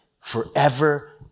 forever